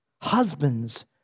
Husbands